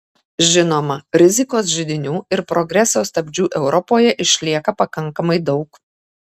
žinoma rizikos židinių ir progreso stabdžių europoje išlieka pakankamai daug